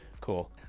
cool